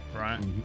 right